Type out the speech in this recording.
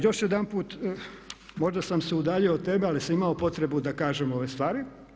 Još jedanput možda sam se udaljio od teme ali sam imao potrebu da kažem ove stvari.